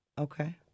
Okay